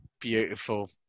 Beautiful